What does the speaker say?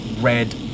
red